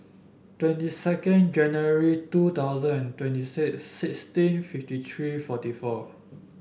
twenty two January twenty twenty six sixteen fifty three forty four